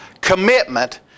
commitment